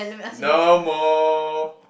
no more